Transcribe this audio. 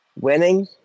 winning